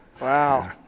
wow